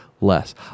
less